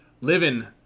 living